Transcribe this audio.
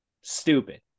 Stupid